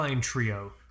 trio